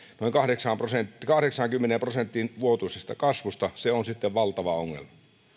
noin kahdeksaankymmeneen prosenttiin vuotuisesta kasvusta se on sitten valtava ongelma